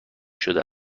شده